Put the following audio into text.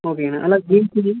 ஓகேங்கண்ணா அண்ணா ஜீன்ஸுக்கு